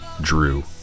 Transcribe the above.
drew